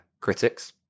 critics